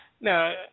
Now